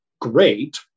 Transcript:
Great